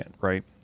right